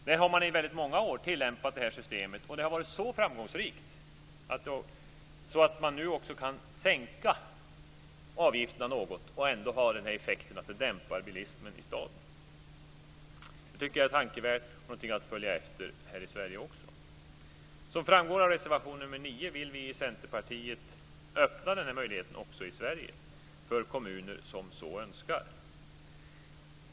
Där har man i väldigt många år tillämpat det här systemet, och det har varit så framgångsrikt att man nu också kan sänka avgifterna något och ändå ha den effekten att de dämpar bilismen i staden. Det tycker jag är tänkvärt och något att följa efter här i Sverige också. Som framgår av reservation 9 vill vi i Centerpartiet öppna den här möjligheten också i Sverige för kommuner som så önskar.